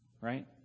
right